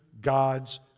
God's